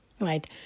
right